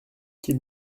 qu’il